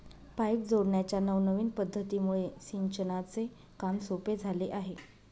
pipe जोडण्याच्या नवनविन पध्दतीमुळे सिंचनाचे काम सोपे झाले आहे